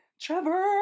trevor